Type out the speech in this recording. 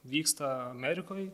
vyksta amerikoj